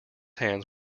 hands